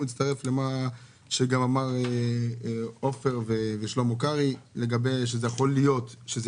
מצטרף למה שאמר עופר ושלמה קרעי שיכול להיות שזה